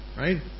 right